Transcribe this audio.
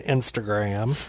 Instagram